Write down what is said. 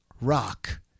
Rock